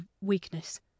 weakness